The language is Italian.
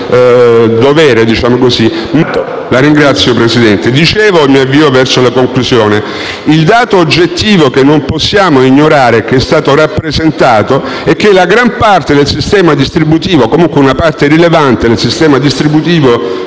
La ringrazio, Presidente,